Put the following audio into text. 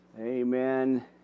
Amen